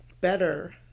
better